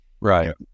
right